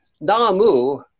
Namu